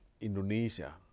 Indonesia